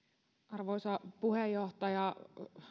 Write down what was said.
arvoisa puheenjohtaja